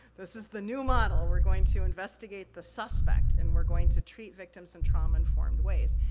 this is the new model, we're going to investigate the suspect, and we're going to treat victims in trauma informed ways.